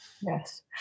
Yes